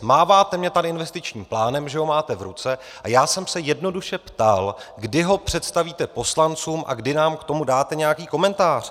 Máváte mně tady investičním plánem, že ho máte v ruce, a já jsem se jednoduše ptal, kdy ho představíte poslancům a kdy nám k tomu dáte nějaký komentář.